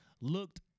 looked